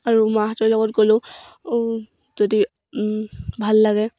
আৰু মাহঁতৰ লগত গ'লেও যদি ভাল লাগে